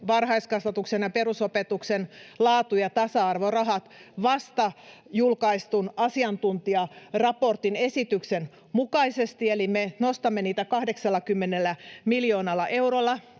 varhaiskasvatuksen ja perusopetuksen laatu- ja tasa-arvorahat vasta julkaistun asiantuntijaraportin esityksen mukaisesti, eli nostamme niitä 80 miljoonalla eurolla.